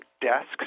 desks